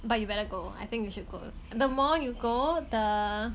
but you better go I think you should go the more you go the